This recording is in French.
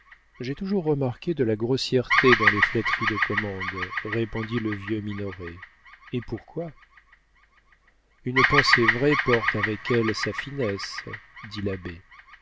j'ai toujours remarqué de la grossièreté dans les flatteries de commande répondit le vieux minoret et pourquoi une pensée vraie porte avec elle sa finesse dit l'abbé